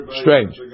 strange